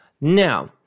now